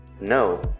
No